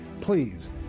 please